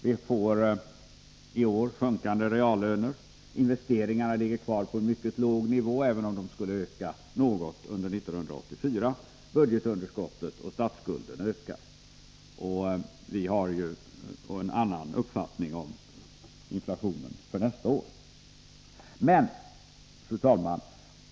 Vi får i år sjunkande reallöner, investeringarna ligger kvar på en mycket låg nivå — även om de skulle öka något under 1984 — och budgetunderskottet och statsskulden ökar. Folkpartiet har ju en annan uppfattning om inflationen under nästa år. Fru talman!